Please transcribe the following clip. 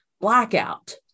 blackout